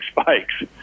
spikes